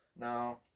No